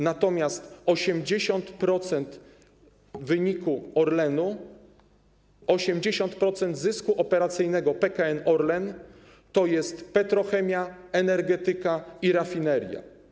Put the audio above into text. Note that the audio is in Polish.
Natomiast 80% wyniku Orlenu, 80% zysku operacyjnego PKN Orlen to są petrochemia, energetyka i rafinerie.